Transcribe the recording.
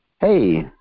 Hey